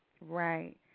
Right